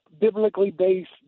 biblically-based